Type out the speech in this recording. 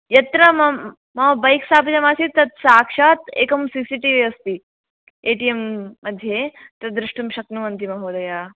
यत्र मम बैक् स्थापितमासीत् तत् साक्षात् एकं सिसिटिवि अस्ति ए टि एम् मध्ये तद् दृष्टुं शक्नुवन्ति महोदय